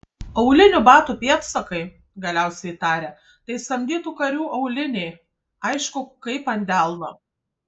aulinių batų pėdsakai galiausiai tarė tai samdytų karių auliniai aišku kaip ant delno